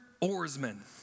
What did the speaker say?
oarsmen